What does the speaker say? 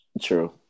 true